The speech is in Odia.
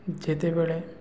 ଯେତେବେଳେ